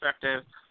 perspective